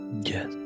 Yes